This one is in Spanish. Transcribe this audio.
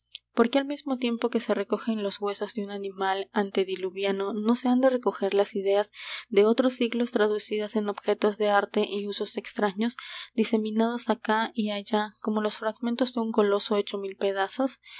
por qué al mismo tiempo que se recogen los huesos de un animal antediluviano no se han de recoger las ideas de otros siglos traducidas en objetos de arte y usos extraños diseminados acá y allá como los fragmentos de un coloso hecho mil pedazos